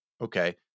Okay